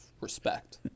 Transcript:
respect